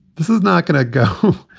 this is not going to go.